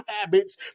habits